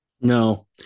No